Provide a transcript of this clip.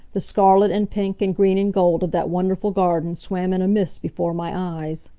the scarlet and pink, and green and gold of that wonderful garden swam in a mist before my eyes.